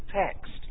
text